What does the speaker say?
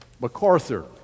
MacArthur